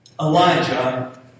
Elijah